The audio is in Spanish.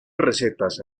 recetas